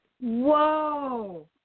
Whoa